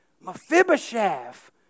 Mephibosheth